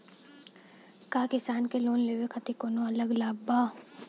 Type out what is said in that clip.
का किसान के लोन लेवे खातिर कौनो अलग लाभ बा?